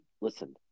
listen